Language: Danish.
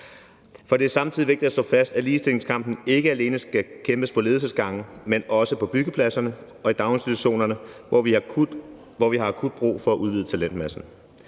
For det er samtidig vigtigt at slå fast, at ligestillingskampen ikke alene skal kæmpes på ledelsesgangene, men også på byggepladserne og i daginstitutionerne, hvor vi har akut brug for at udvide talentmassen.